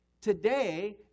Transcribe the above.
Today